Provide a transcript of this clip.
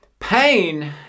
Pain